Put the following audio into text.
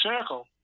circle